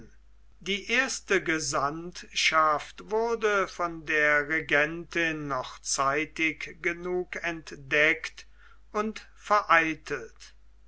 die erste gesandtschaft wurde von der regentin noch zeitig genug entdeckt und vereitelt